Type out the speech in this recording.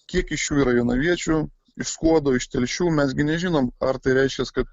kiek iš jų yra jonaviečių iš skuodo iš telšių mes gi nežinom ar tai reiškias kad